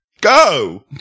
go